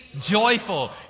joyful